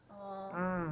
orh